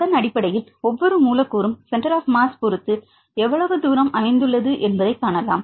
அதன் அடிப்படையில் ஒவ்வொரு மூலக்கூறும் சென்டர் ஆப் மாஸ் பொறுத்து எவ்வளவு தூரம் அமைந்துள்ளது என்பதைக் காணலாம்